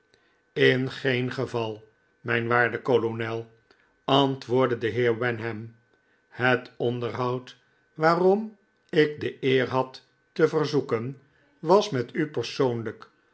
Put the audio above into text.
in geen geval mijn waarde kolonel antwoordde de heer wenham het onderhoud waarom ik de eer had te verzoeken was met u persoonlijk